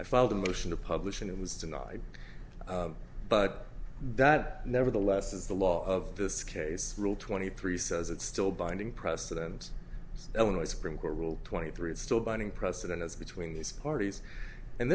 i filed a motion to publish and it was denied but that nevertheless is the law of this case rule twenty three says it's still binding precedent illinois supreme court rule twenty three it's still binding precedent it's between these parties and